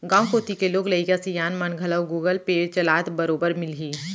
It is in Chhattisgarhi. गॉंव कोती के लोग लइका सियान मन घलौ गुगल पे चलात बरोबर मिलहीं